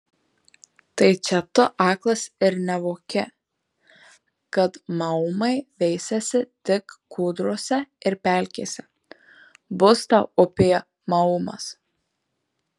tai čia tu aklas ir nevoki kad maumai veisiasi tik kūdrose ir pelkėse bus tau upėje maumas